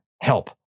help